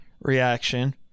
Reaction